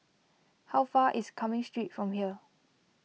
how far away is Cumming Street from here